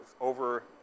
over